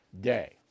Day